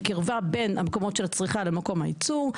קירבה בין מקומות הצריכה למקום הייצור.